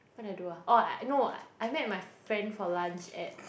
what did I do ah oh no I met my friend for lunch at